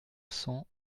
cent